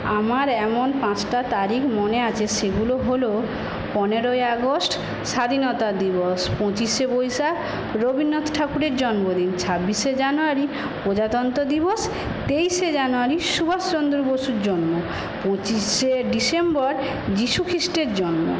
আমার এমন পাঁচটা তারিখ মনে আছে সেগুলো হল পনেরোই আগস্ট স্বাধীনতা দিবস পঁচিশে বৈশাখ রবীন্দ্রনাথ ঠাকুরের জন্মদিন ছাব্বিশে জানুয়ারি প্রজাতন্ত্র দিবস তেইশে জানুয়ারি সুভাষচন্দ্র বসুর জন্ম পঁচিশে ডিসেম্বর যিশু খ্রিস্টের জন্ম